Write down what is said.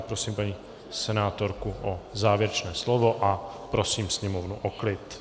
Prosím paní senátorku o závěrečné slovo a prosím sněmovnu o klid.